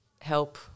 help